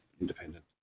independent